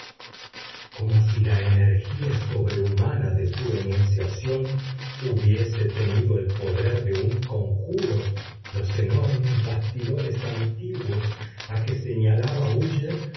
como si la energía sobrehumana de su enunciación hubiese tenido el poder de un conjuro los enormes bastidores antiguos a que señalaba